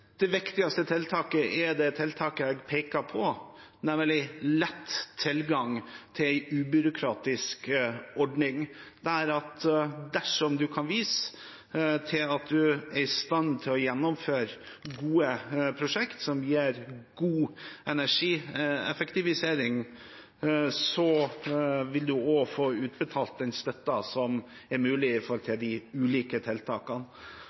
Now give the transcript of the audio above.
Det viktigste tiltaket er det tiltaket jeg pekte på, nemlig lett tilgang til en ubyråkratisk ordning: Dersom man kan vise til at man er i stand til å gjennomføre gode prosjekt som gir god energieffektivisering, vil man også få utbetalt den støtten som er mulig knyttet til de ulike tiltakene.